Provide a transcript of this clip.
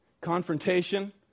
confrontation